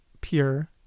pure